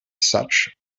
such